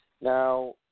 Now